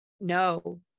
no